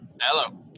hello